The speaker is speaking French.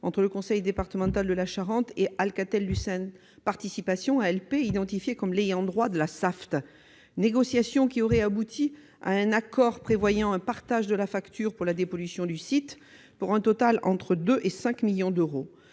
entre le conseil départemental de la Charente et Alcatel-Lucent Participations, ALP, identifiée comme l'ayant droit de la Saft. Ces négociations auraient abouti à un accord prévoyant un partage de la facture pour la dépollution du site, pour un total compris entre 2 millions et 5 millions d'euros.